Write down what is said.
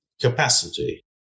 capacity